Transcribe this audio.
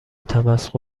تمسخر